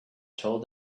told